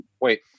Wait